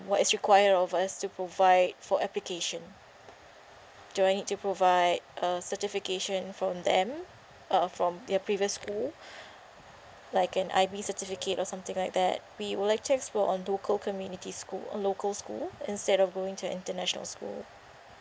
what is required of us to provide for application do I need to provide a certification from them uh from their previous school like an I_B certificate or something like that we would like to explore on local communities school or local school instead of going to international school